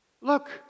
Look